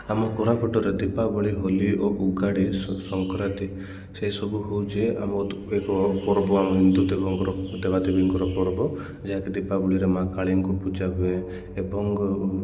ଆମ କୋରାପୁଟରେ ଦୀପାବଳି ହୋଲି ଓ ଉଗାଡ଼ି ସ ସଂକ୍ରାନ୍ତି ସେସବୁ ହଉଛି ଆମ ଏକ ପର୍ବ ଆମ ହିନ୍ଦୁ ଦେବଙ୍କର ଦେବାଦେବୀଙ୍କର ପର୍ବ ଯାହାକି ଦୀପାବଳିରେ ମା କାଳିଙ୍କୁ ପୂଜା ହୁଏ ଏବଂ